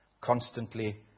constantly